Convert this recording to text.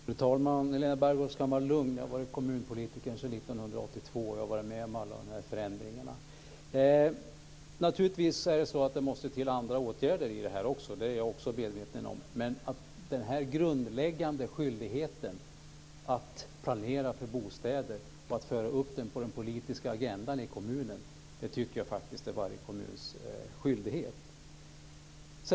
Fru talman! Helena Bargholtz kan vara lugn. Jag har varit kommunpolitiker sedan 1982. Jag har varit med om alla de här förändringarna. Naturligtvis måste det till även andra åtgärder. Det är jag också medveten om. Men att föra upp den grundläggande skyldigheten att planera för bostäder på den politiska agendan i kommunen tycker jag faktiskt är varje kommuns skyldighet.